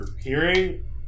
hearing